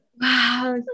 Wow